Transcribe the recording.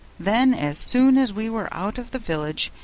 then as soon as we were out of the village,